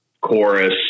chorus